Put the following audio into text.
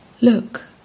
Look